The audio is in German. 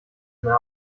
mehr